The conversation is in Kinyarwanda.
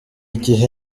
gihe